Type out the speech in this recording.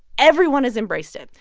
everyone has embraced it.